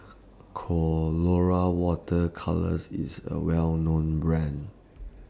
Colora Water Colours IS A Well known Brand